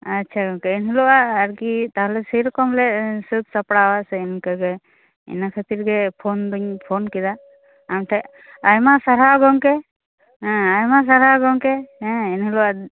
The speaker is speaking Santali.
ᱟᱪᱪᱷᱟ ᱜᱚᱝᱠᱮ ᱮᱱᱦᱤᱞᱚᱜᱟᱜ ᱟᱨ ᱠᱤ ᱛᱟᱦᱚᱞᱮ ᱥᱮᱭ ᱨᱚᱠᱚᱢ ᱞᱮ ᱥᱟ ᱫ ᱥᱟᱯᱲᱟᱣᱟ ᱥᱮ ᱤᱱᱠᱟ ᱜᱮ ᱤᱱᱟ ᱠᱷᱟᱱ ᱛᱤᱨ ᱜᱮ ᱯᱷᱳᱱ ᱫᱩᱧ ᱯᱷᱳᱱ ᱠᱮᱫᱟ ᱟᱢᱴᱷᱮᱱ ᱟᱭᱢᱟ ᱥᱟᱨᱦᱟᱣ ᱜᱚᱝᱠᱮ ᱮᱸ ᱟᱭᱢᱟ ᱥᱟᱨᱦᱟᱣ ᱜᱚᱝᱠᱮ ᱮᱸ ᱮᱱ ᱦᱤᱞᱳᱜᱟᱜ